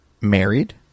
married